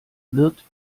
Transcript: wird